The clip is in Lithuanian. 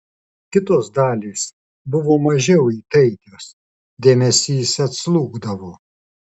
kitos dalys buvo mažiau įtaigios dėmesys atslūgdavo